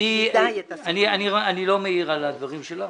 אני לא מעיר על הדברים שלך,